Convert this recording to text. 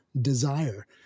desire